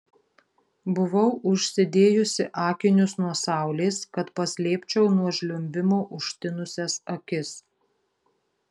buvau užsidėjusi akinius nuo saulės kad paslėpčiau nuo žliumbimo užtinusias akis